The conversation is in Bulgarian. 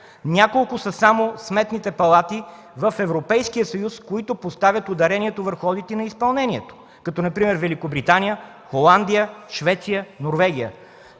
Няколко са само сметните палати в Европейския съюз, които поставят ударението върху одити на изпълнението, като например Великобритания, Холандия, Швеция, Норвегия.